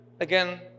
Again